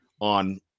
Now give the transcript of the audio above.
on